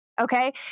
Okay